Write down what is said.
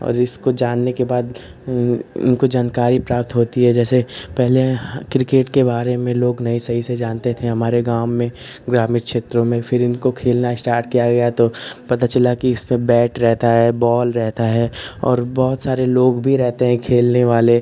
और इसको जानने के बाद उनको जानकारी प्राप्त होती है जैसे पहले यहाँ क्रिकेट के बारे में लोग नहीं सही से जानते थे हमारे गाँव में ग्रामीण क्षेत्रों में फिर इनको खेलना स्टार्ट किया गया तो पता चला कि इसमें बैट रहता है बॉल रहती है और बहुत सारे लोग भी रहते हैं खेलने वाले